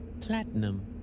platinum